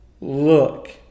look